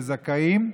לזכאים,